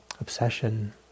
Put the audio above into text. obsession